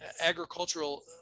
agricultural